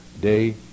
day